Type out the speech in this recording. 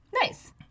Nice